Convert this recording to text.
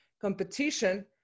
competition